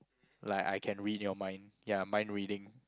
like I can read your mind ya mind reading